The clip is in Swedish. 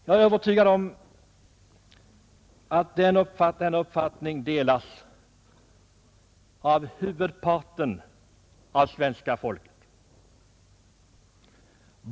Jag är övertygad om att denna uppfattning delas av huvudparten av svenska folket.